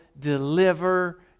deliver